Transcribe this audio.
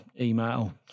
email